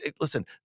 listen